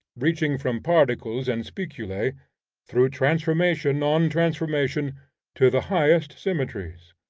reaching from particles and spiculae through transformation on transformation to the highest symmetries,